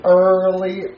early